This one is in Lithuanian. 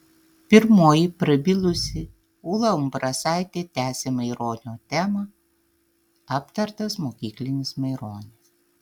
pirmoji prabilusi ūla ambrasaitė tęsė maironio temą aptartas mokyklinis maironis